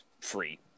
free